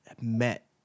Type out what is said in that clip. met